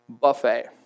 buffet